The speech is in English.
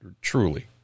truly